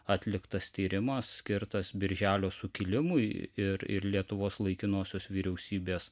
atliktas tyrimas skirtas birželio sukilimui ir ir lietuvos laikinosios vyriausybės